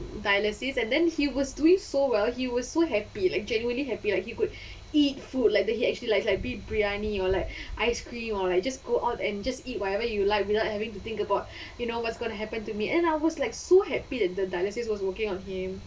dialysis and then he was doing so well he was so happy like genuinely happy like he could eat food like the he actually likes like beef briyani or like ice cream or like just go out and just eat whatever you like without having to think about you know what's going to happen to me and I was like so happy that the dialysis was working on him